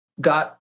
got